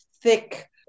thick